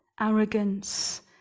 arrogance